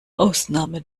ausnahme